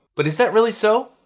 but is that really so?